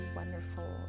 wonderful